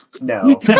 No